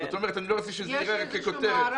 אני לא רוצה שזה ייראה ככותרת.